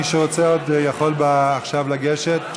מי שרוצה עוד יכול עכשיו לגשת.